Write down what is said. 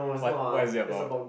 what what is it about